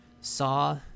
saw